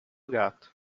gato